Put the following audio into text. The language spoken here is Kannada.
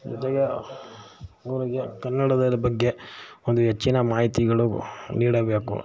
ಹೃದಯ ಕನ್ನಡದ ಬಗ್ಗೆ ಒಂದು ಹೆಚ್ಚಿನ ಮಾಹಿತಿಗಳು ನೀಡಬೇಕು